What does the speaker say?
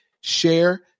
share